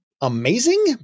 amazing